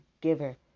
giver